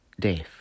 death